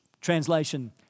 translation